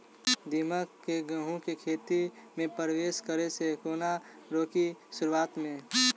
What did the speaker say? दीमक केँ गेंहूँ केँ खेती मे परवेश करै सँ केना रोकि शुरुआत में?